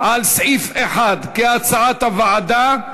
על סעיף 1 כהצעת הוועדה.